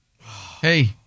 Hey